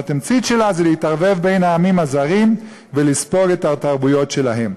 והתמצית שלה היא להתערבב בין העמים הזרים ולספוג את התרבויות שלהם.